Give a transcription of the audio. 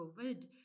covid